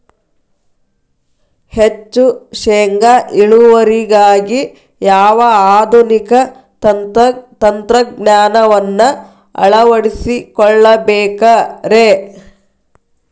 ಹೆಚ್ಚು ಶೇಂಗಾ ಇಳುವರಿಗಾಗಿ ಯಾವ ಆಧುನಿಕ ತಂತ್ರಜ್ಞಾನವನ್ನ ಅಳವಡಿಸಿಕೊಳ್ಳಬೇಕರೇ?